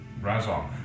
Razok